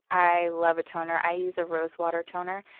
i love a toner. i use a rose water toner.